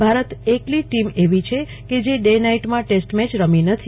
ભારત એકલી એવી છે કે ડે નાઇટમાં ટેસ્ટ મેચ રમી નથી